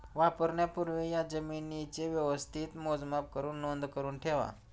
वापरण्यापूर्वी या जमीनेचे व्यवस्थित मोजमाप करुन नोंद करुन ठेवा